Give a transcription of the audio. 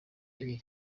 iyo